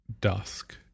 dusk